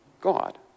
God